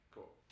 Cool